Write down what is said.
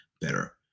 better